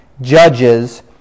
judges